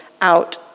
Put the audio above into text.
out